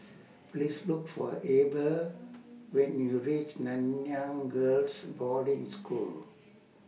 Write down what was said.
Please Look For Eber when YOU REACH Nanyang Girls' Boarding School